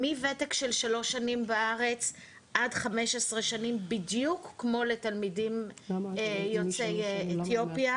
מוותק של 3 שנים בארץ עד 15 שנים בדיוק כמו לתלמידים יוצאי אתיופיה.